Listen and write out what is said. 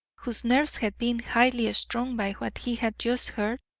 whose nerves had been highly strung by what he had just heard,